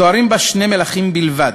מתוארים בה שני מלכים בלבד,